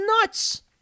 nuts